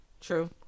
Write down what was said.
true